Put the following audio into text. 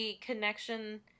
connection